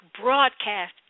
broadcast